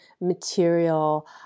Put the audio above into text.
material